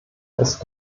ist